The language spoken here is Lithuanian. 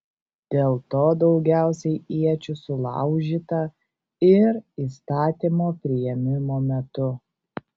dėl to daugiausiai iečių sulaužyta ir įstatymo priėmimo metu